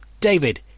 David